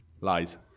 Lies